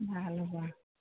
ভাল হ'ব